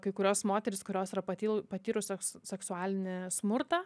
kai kurios moterys kurios yra paty patyrusios seksualinį smurtą